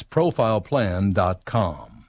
ProfilePlan.com